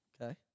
okay